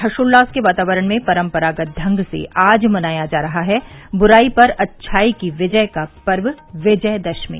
हर्षोल्लास के वातावरण में परम्परागत ढंग से आज मनाया जा रहा है बुराई पर अच्छाई की विजय का पर्व विजयादशमी